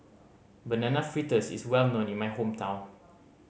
Banana Fritters is well known in my hometown